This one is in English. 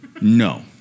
No